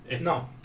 No